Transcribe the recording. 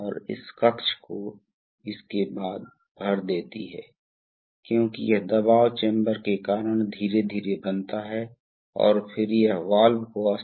तो इस वाल्व में क्या है राहत वाल्व की सेटिंग क्या है जो पायलट दबाव पर निर्भर करता है हमने पहले ऐसे वाल्व देखे हैं